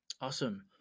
Awesome